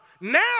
now